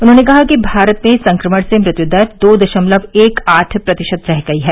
उन्होंने कहा कि भारत में संक्रमण से मृत्युदर दो दशमलव एक आठ प्रतिशत रह गई है